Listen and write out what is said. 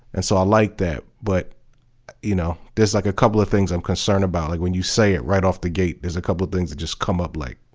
and so i like that. but you know there's there's like a couple of things i'm concerned about, like when you say it right off the gate there's a couple of things that just come up like,